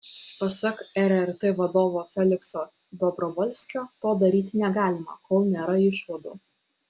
pasak rrt vadovo felikso dobrovolskio to daryti negalima kol nėra išvadų